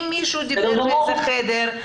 אם מישהו דיבר באיזה חדר,